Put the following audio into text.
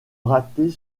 rater